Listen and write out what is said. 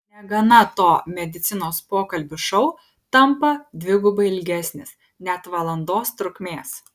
negana to medicinos pokalbių šou tampa dvigubai ilgesnis net valandos trukmės